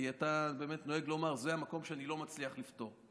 כי אתה באמת נוהג לומר: זה המקום שאני לא מצליח לפתור.